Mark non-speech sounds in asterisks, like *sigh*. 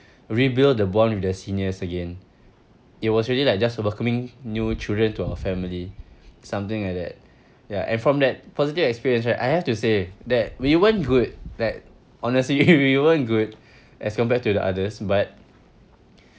rebuild the bond with the seniors again it was really like just welcoming new children to our family something like that ya and from that positive experience right I have to say that we weren't good that honestly *laughs* we weren't good as compared to the others but